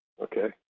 okay